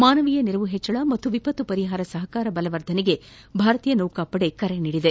ಮಾನವೀಯ ನೆರವು ಹೆಚ್ಚಳ ಹಾಗೂ ವಿಪತ್ತು ಪರಿಹಾರ ಸಹಕಾರ ಬಲಗೊಳಿಸಲು ಭಾರತೀಯ ನೌಕಾಪಡೆ ಕರೆ ನೀಡಿದೆ